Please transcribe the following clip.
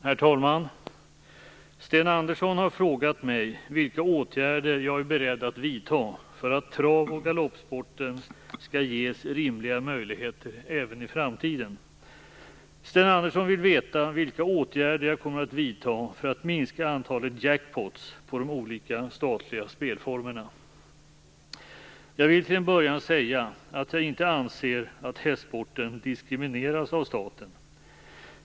Herr talman! Sten Andersson har frågat mig vilka åtgärder jag är beredd att vidta för att trav och galoppsporten skall ges rimliga möjligheter även i framtiden. Sten Andersson vill veta vilka åtgärder jag kommer att vidta för att minska antalet jackpoter på de olika statliga spelformerna. Jag vill till en början säga att jag inte anser att hästsporten diskrimineras av staten.